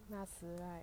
ya same